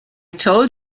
told